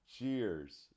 Cheers